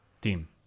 team